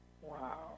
Wow